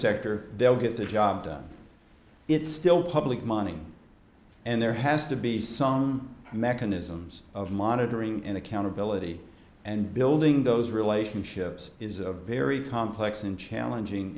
sector they'll get the job done it's still public money and there has to be some mechanisms of monitoring and accountability and building those relationships is a very complex and challenging